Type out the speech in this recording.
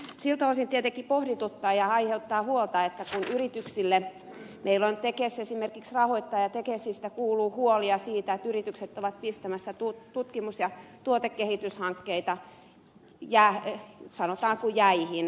siltä osin tietenkin pohdituttaa ja aiheuttaa huolta kun meillä on tekes esimerkiksi rahoittaja että tekesistä kuuluu huolia siitä että yritykset ovat pistämässä tutkimus ja tuotekehityshankkeita sanotaanko jäihin